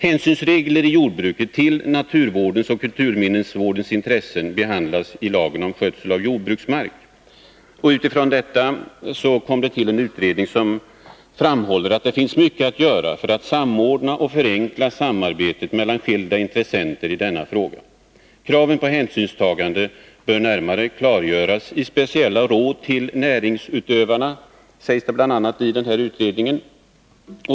Hänsynsregler i jordbruket med avseende på naturvårdens och kulturminnesvårdens intressen behandlas i lagen om skötsel av jordbruksmark. I den utredning som gjorts framhålls att det finns mycket att göra för att samordna och förenkla samarbetet mellan skilda intressenter i denna fråga. Kraven på hänsynstagande bör närmare klargöras i speciella råd till näringsutövarna, sägs det bl.a. i denna utredning.